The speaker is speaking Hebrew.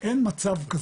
אין מצב כזה.